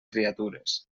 criatures